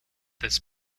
this